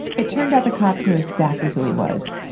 it turned out the cops knew exactly who he was.